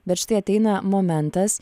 bet štai ateina momentas